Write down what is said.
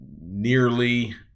nearly